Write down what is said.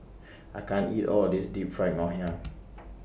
I can't eat All of This Deep Fried Ngoh Hiang